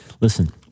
Listen